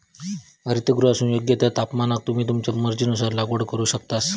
हरितगृहातसून योग्य त्या तापमानाक तुम्ही तुमच्या मर्जीनुसार लागवड करू शकतास